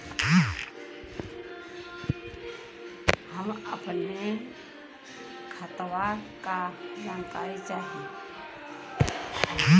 हम अपने खतवा क जानकारी चाही?